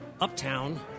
Uptown